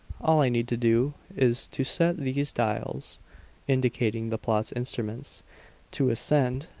all i need to do is to set these dials indicating the pilot's instruments to ascend,